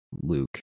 Luke